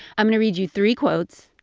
i'm going to read you three quotes,